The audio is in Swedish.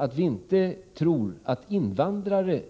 Vi får inte tro att invandrare